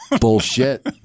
Bullshit